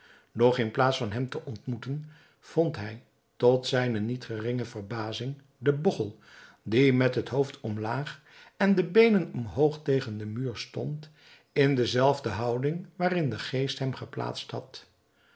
in plaats van hem te ontmoeten vond hij tot zijne niet geringe verbazing den bogchel die met het hoofd omlaag en de beenen omhoog tegen den muur stond in de zelfde houding waarin de geest hem geplaatst